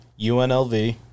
UNLV